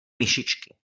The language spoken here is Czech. myšičky